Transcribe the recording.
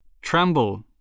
Tremble